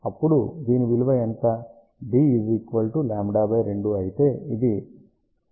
d λ 2 అయితే ఇది λ24 అవుతుంది